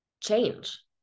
change